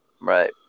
Right